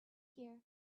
here